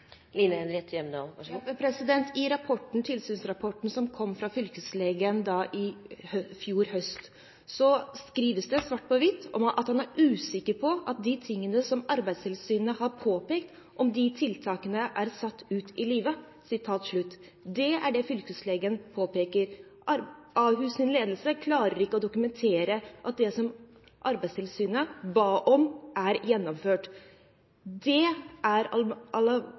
I tilsynsrapporten som kom fra Fylkeslegen i fjor høst, skrives det svart på hvitt at en er usikker på om de tiltakene som Arbeidstilsynet har påpekt, er satt ut i livet. Det er det Fylkeslegen påpeker. Ahus’ ledelse klarer ikke å dokumentere at det som Arbeidstilsynet ba om, er gjennomført. Det er